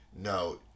No